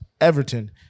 Everton